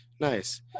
Nice